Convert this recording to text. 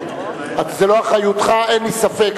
אדוני היושב-ראש, - זו לא אחריותך, אין לי ספק.